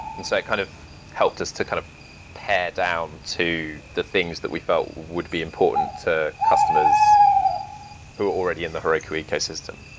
and so it kind of helped us to kind of pair-down to the things that we felt would be important to customers who are already in the heroku ecosystem.